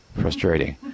frustrating